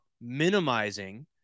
minimizing